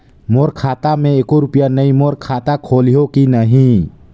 मोर खाता मे एको रुपिया नइ, मोर खाता खोलिहो की नहीं?